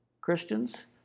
Christians